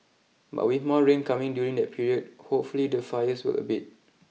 but with more rain coming during that period hopefully the fires will abate